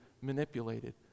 manipulated